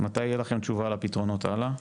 מתי תהיה לכם תשובה על הפתרונות הלאה?